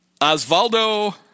Osvaldo